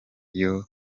yari